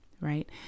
right